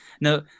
No